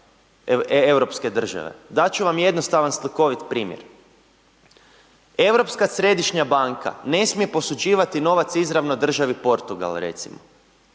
europske države? Dati ću vam jednostavan slikovit primjer. Europska središnja banka ne smije posuđivati novac izravno državi Portugal recimo,